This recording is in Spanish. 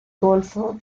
golfo